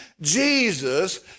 Jesus